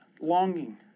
longing